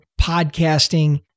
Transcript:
podcasting